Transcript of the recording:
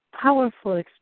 powerful